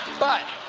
but